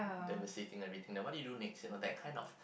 they will setting everything and what you do next you that it kind of